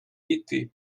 été